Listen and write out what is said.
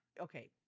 Okay